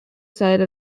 site